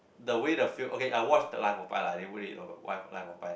the way the feel okay I watch the Life-of-Pi lah the movie the life Life-of-Pi